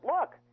look